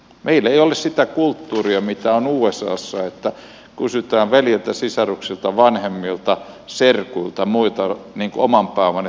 meillä ei ole sitä kulttuuria mitä on usassa että kysytään veljiltä sisaruksilta vanhemmilta serkuilta muilta oman pääoman ehtoista rahoitusta